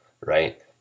right